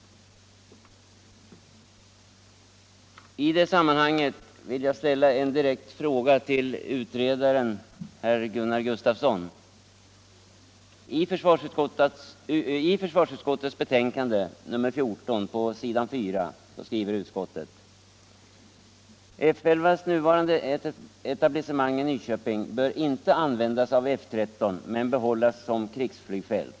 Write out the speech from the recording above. I det sammanhanget vill jag också ställa en direkt fråga till utredaren, herr Gustafsson i Uddevalla. I försvarsutskottets betänkande nr 14 har nämligen utskottet på s. 4 skrivit ”att F 11:s nuvarande etablissement inte bör användas av F 13 men behållas som krigsflygfält”.